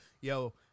yo